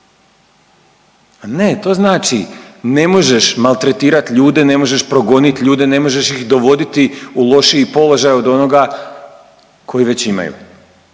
ne to znači ne možeš maltretirati ljude, ne možeš progoniti ljude, ne možeš ih dovoditi u lošiji položaj od onoga koji već imaju,